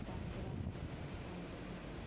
Chapora fort maintenance